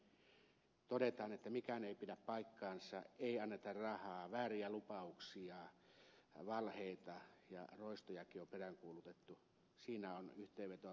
täällä todetaan että mikään ei pidä paikkaansa ei anneta rahaa annetaan vääriä lupauksia kerrotaan valheita ja roistojakin on peräänkuulutettu siinä on yhteenvetoa päivän keskustelusta